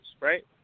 right